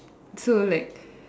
so like